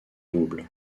double